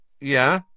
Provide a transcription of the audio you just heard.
Yeah